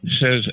says